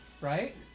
right